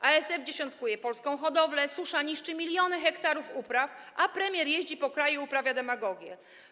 ASF dziesiątkuje polską hodowlę, susza niszczy miliony hektarów upraw, a premier jeździ po kraju i uprawia demagogię.